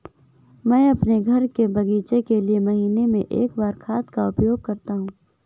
मैं अपने घर के बगीचे के लिए महीने में एक बार खाद का उपयोग करता हूँ